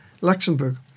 Luxembourg